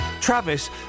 Travis